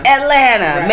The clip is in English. Atlanta